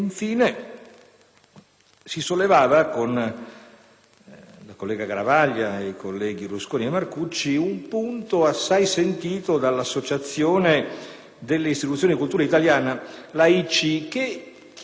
si sollevava, con i colleghi Garavaglia, Rusconi e Marcucci, un punto assai sentito dall'Associazione delle istituzioni di cultura italiane (AICI), che chiedono davvero